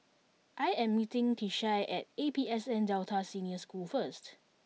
I am meeting Tishie at A P S N Delta Senior School first